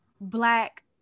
Black